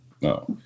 No